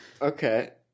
Okay